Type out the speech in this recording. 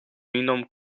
miną